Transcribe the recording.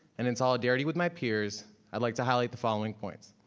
and in solidarity with my peers, i'd like to highlight the following points.